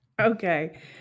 Okay